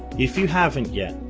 if you haven't yet,